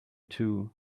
two